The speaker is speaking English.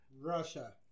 Russia